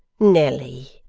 nelly,